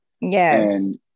Yes